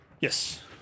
Yes